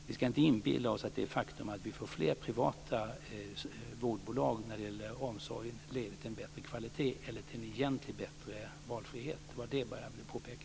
Vi ska inte inbilla oss att det faktum att vi får fler privata vårdbolag inom omsorgen leder till en bättre kvalitet eller till en egentlig bättre valfrihet. Det var vad jag ville påpeka.